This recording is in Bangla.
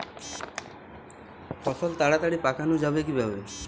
ফসল তাড়াতাড়ি পাকানো যাবে কিভাবে?